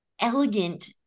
elegant